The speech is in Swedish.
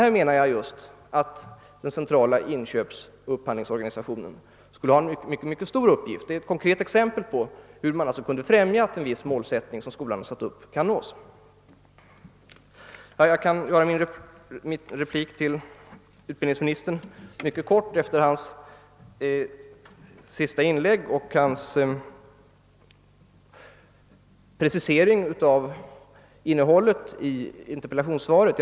Jag menar att den centrala inköpsoch upphandlingsorganisationen här skulle ha en stor uppgift, och detta är ett konkret exempel på hur man kan främja uppnåendet av den målsättning som interpellationen efterlyser. Jag kan göra min replik till utbildningsministern mycket kort efter hans senaste inlägg med precisering av innehållet i interpellationssvaret.